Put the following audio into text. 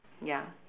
ya